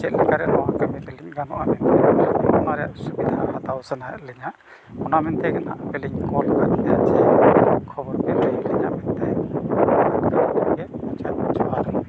ᱪᱮᱫ ᱞᱮᱠᱟᱨᱮ ᱱᱚᱣᱟ ᱠᱟᱹᱢᱤ ᱛᱟᱞᱤᱧ ᱜᱟᱱᱚᱜᱼᱟ ᱚᱱᱟ ᱨᱮᱭᱟᱜ ᱥᱩᱵᱤᱫᱷᱟ ᱦᱟᱛᱟᱣ ᱥᱟᱱᱟᱭᱮᱫ ᱞᱤᱧᱟᱹ ᱱᱟᱦᱟᱜ ᱚᱱᱟ ᱢᱮᱱᱛᱮ ᱜᱮ ᱱᱟᱦᱟᱜ ᱟᱯᱮᱞᱤᱧ ᱠᱚᱞ ᱟᱠᱟᱫ ᱵᱤᱱᱟ ᱡᱮ ᱠᱷᱚᱵᱚᱨ ᱯᱮ ᱞᱟᱹᱭ ᱟᱹᱞᱤᱧᱟ ᱢᱮᱱᱛᱮ ᱢᱟ ᱮᱱᱠᱷᱟᱱ ᱱᱚᱰᱮ ᱜᱮ ᱢᱩᱪᱟᱹᱫ ᱡᱚᱦᱟᱨ ᱜᱮ